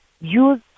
use